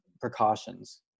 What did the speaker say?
precautions